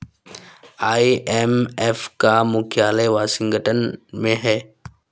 IMF का मुख्यालय Washington में है